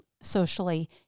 socially